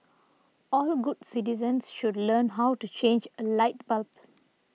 all good citizens should learn how to change a light bulb